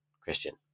Christian